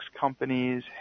companies